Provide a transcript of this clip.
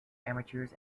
amateurs